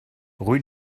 rue